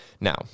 Now